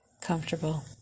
Comfortable